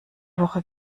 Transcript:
woche